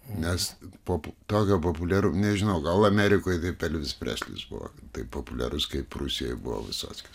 nes po tokio populiarumo nežinau gal amerikoj kaip elvis preslis buvo taip populiarus kaip rusijoje buvo visockis